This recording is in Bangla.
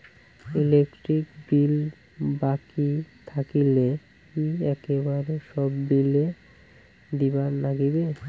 ইলেকট্রিক বিল বাকি থাকিলে কি একেবারে সব বিলে দিবার নাগিবে?